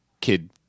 kid